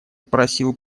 просил